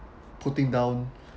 putting down